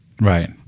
Right